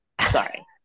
Sorry